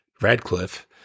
Radcliffe